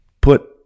put